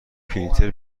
پرینتر